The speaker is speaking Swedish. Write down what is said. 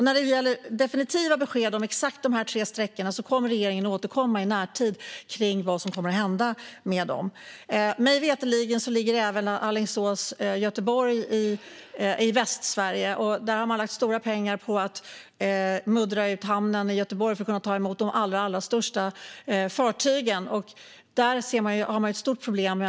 När det gäller definitiva besked om exakt de tre sträckorna kommer regeringen att återkomma i närtid om vad som kommer att hända. Mig veterligen ligger även Alingsås-Göteborg i Västsverige. Man har lagt stora pengar på att muddra ut hamnen i Göteborg för att kunna ta emot de allra största fartygen. Nu har man ett stort problem.